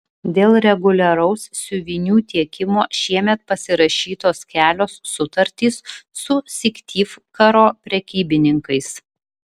dėl reguliaraus siuvinių tiekimo šiemet pasirašytos kelios sutartys su syktyvkaro prekybininkais